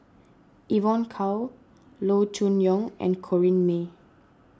Evon Kow Loo Choon Yong and Corrinne May